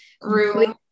room